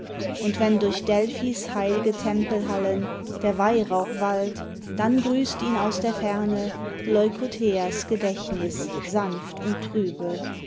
und wenn durch delphi's heil'ge tempelhallen der weihrauch wallt dann grüßt ihn aus der ferne leucothea's gedächtniß sanft und trübe